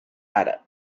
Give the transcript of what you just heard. arab